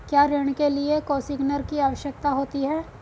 क्या ऋण के लिए कोसिग्नर की आवश्यकता होती है?